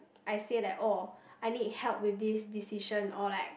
I say like oh I need help with this decision or like